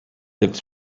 its